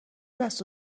دست